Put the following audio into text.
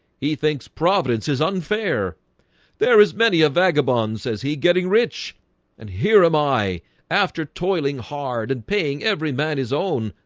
he thinks providence is unfair there is many a vagabond says he getting rich and here am i after toiling hard and paying every man his own?